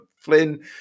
Flynn